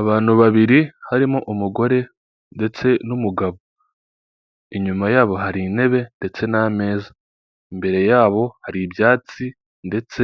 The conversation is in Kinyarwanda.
Abantu babiri harimo umugore ndetse n'umugabo inyuma yabo hari intebe ndetse n'ameza imbere yabo hari ibyatsi ndetse